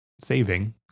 saving